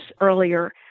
earlier